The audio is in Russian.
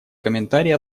комментарии